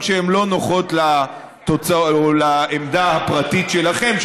גם כשהן לא נוחות לעמדה הפרטית שלכם,